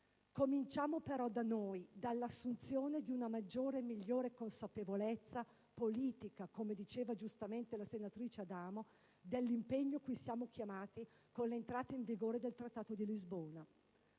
Cominciamo però da noi, dall'assunzione di una maggiore e migliore consapevolezza politica - come ha giustamente osservato la senatrice Adamo - dell'impegno cui siamo chiamati con l'entrata in vigore del Trattato di Lisbona.